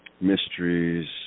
Mysteries